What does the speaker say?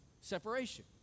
Separation